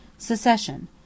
Secession